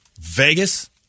Vegas